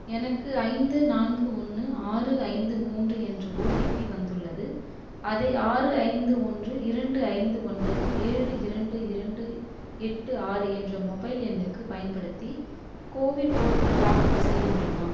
எனக்கு ஐந்து நான்கு ஒன்று ஆறு ஐந்து மூன்று என்ற ஓடிபி வந்துள்ளது அதை ஆறு ஐந்து ஒன்று இரண்டு ஐந்து ஒன்பது ஏழு இரண்டு இரண்டு எட்டு ஆறு என்ற மொபைல் எண்ணுக்குப் பயன்படுத்தி கோவின் போர்ட்டலில் லாகின் செய்ய முடியுமா